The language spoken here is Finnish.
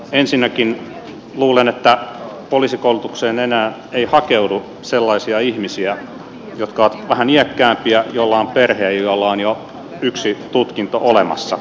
ensinnäkin luulen että poliisikoulutukseen enää ei hakeudu sellaisia ihmisiä jotka ovat vähän iäkkäämpiä joilla on perhe ja joilla on jo yksi tutkinto olemassa